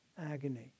agony